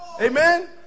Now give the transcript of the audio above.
Amen